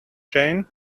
jane